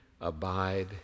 abide